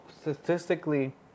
statistically